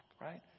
right